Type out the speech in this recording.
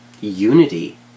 unity